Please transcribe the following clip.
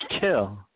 kill